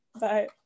Bye